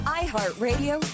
iHeartRadio